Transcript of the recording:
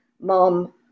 mom